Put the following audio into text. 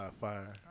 fire